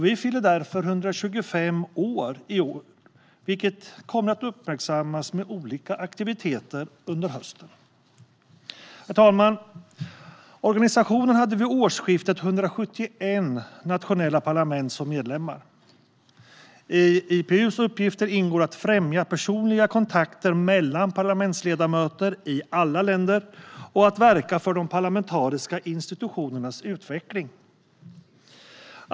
Vi fyller därför 125 år i år, vilket kommer att uppmärksammas med olika aktiviteter under hösten. Herr talman! Organisationen hade vid årsskiftet 171 nationella parlament som medlemmar. I IPU:s uppgifter ingår att främja personliga kontakter mellan parlamentsledamöter i alla länder och att verka för de parlamentariska institutionernas utveckling.